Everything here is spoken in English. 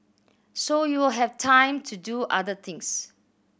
so you have time to do other things